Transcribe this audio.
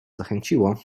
zachęciło